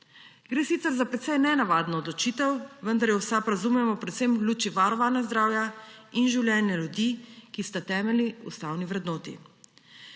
Gre sicer za precej nenavadno odločitev, vendar jo v SAB razumemo predvsem v luči varovanja zdravja in življenja ljudi, ki sta temeljni ustavni vrednoti.